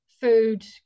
food